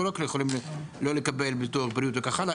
לא רק יכולים לקבל ביטוח בריאות וכך הלאה,